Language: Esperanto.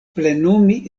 plenumi